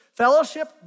Fellowship